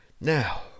Now